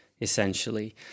essentially